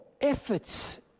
efforts